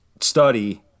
study